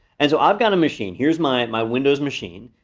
and so i've got a machine, here's my my windows machine.